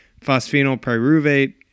phosphenolpyruvate